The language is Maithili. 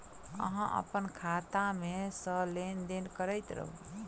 अहाँ अप्पन खाता मे सँ लेन देन करैत रहू?